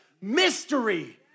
mystery